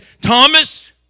Thomas